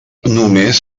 només